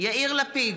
יאיר לפיד,